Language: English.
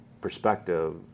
perspective